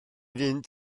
fynd